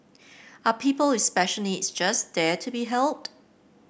are people with special needs just there to be helped